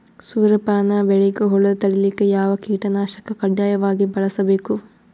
ಸೂರ್ಯಪಾನ ಬೆಳಿಗ ಹುಳ ತಡಿಲಿಕ ಯಾವ ಕೀಟನಾಶಕ ಕಡ್ಡಾಯವಾಗಿ ಬಳಸಬೇಕು?